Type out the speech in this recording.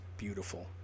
Beautiful